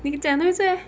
你讲多一次 eh